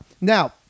Now